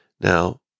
Now